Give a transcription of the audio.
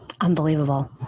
Unbelievable